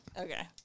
Okay